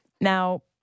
Now